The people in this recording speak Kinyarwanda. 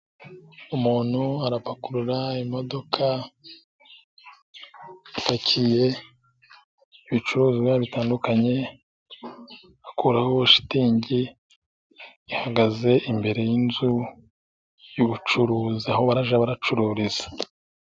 Umuntu arapakurura imodoka ipakiye ibicuruzwa bitandukanye, akuraho shitingi ihagaze imbere yinzu y'ubucuruzi aho barajya baracururiza.